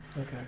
Okay